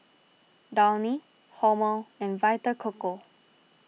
Downy Hormel and Vita Coco